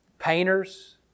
Painters